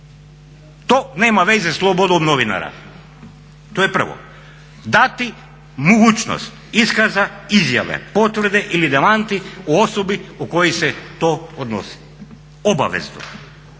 To nema veze sa slobodom novinara. To je prvo. Dati mogućnost iskaza izjave, potvrde ili demanti o osobi o kojoj se to odnosi obavezno.